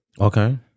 Okay